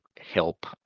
help